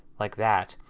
like that.